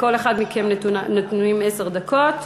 לכל אחד מכם נתונות עשר דקות.